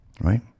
right